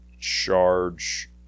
charge